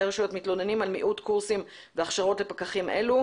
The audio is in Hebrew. הרשויות מתלוננים על מיעוט קורסים והכשרות לפקחים אלה.